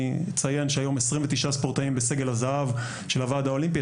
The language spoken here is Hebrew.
אני אציין שהיום 29 ספורטאים בסגל הזהב של הועד האולימפי.